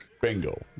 Bingo